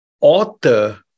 author